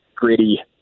gritty